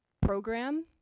program